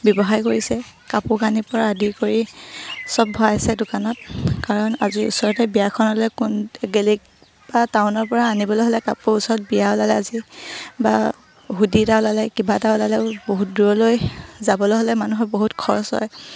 ব্যৱসায় কৰিছে কাপোৰ কানিৰপৰা আদি কৰি চব ভৰাইছে দোকানত কাৰণ আজি ওচৰতে বিয়াখন হ'লে কোন গেলেকী বা টাউনৰপৰা আনিবলৈ হ'লে কাপোৰ ওচৰত বিয়া ওলালে আজি বা শুদি এটা ওলালে কিবা এটা ওলালেও বহুত দূৰলৈ যাবলৈ হ'লে মানুহৰ বহুত খৰচ হয়